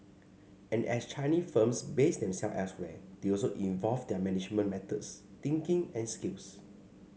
and as Chinese firms base themselves elsewhere they also evolve their management methods thinking and skills